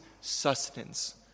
Sustenance